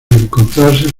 encontrarse